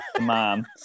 mom